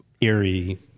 Eerie